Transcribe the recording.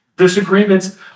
Disagreements